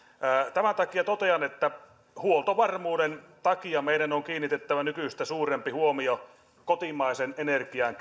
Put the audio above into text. tämän takia totean että huoltovarmuuden takia meidän on kiinnitettävä nykyistä suurempi huomio kotimaisen energian